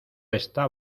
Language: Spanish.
está